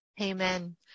Amen